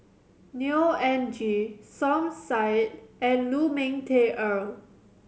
Neo Anngee Som Said and Lu Ming Teh Earl